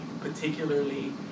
particularly